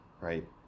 right